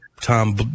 tom